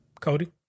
Cody